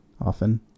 often